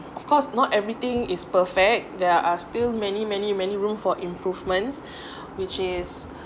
of course not everything is perfect there are still many many many room for improvements which is